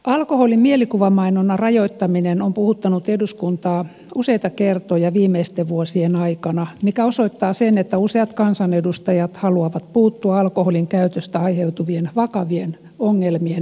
alkoholin mielikuvamainonnan rajoittaminen on puhuttanut eduskuntaa useita kertoja viimeisten vuosien aikana mikä osoittaa sen että useat kansanedustajat haluavat puuttua alkoholinkäytöstä aiheutuvien vakavien ongelmien ennaltaehkäisemiseen